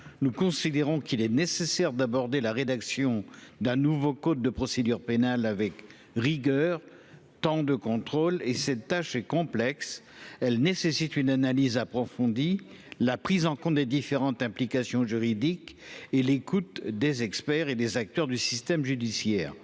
Nous estimons qu'il est nécessaire d'aborder la rédaction d'un nouveau code de procédure pénale avec rigueur, temps et contrôle. Cette tâche complexe demande une analyse approfondie, la prise en compte des différentes implications juridiques, ainsi que l'écoute des experts et des acteurs du système judiciaire.